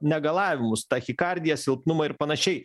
negalavimus tachikardiją silpnumą ir panašiai